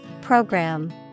Program